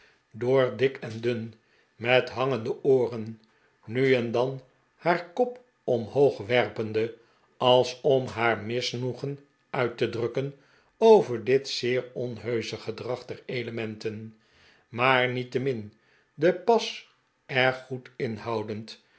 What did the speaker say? door dik en dun met hangende ooren nu en dan haar kop omhoog werpend als om haar rnisnoegen uit te drukken over dit zeer onheusche gedrag der elementen maar niettemin den pas er goed inhoudend